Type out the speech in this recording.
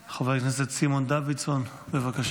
חבר הכנסת סימון דוידסון, בבקשה.